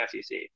SEC